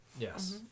Yes